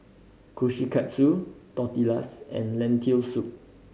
Kushikatsu Tortillas and Lentil Soup